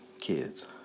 kids